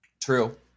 True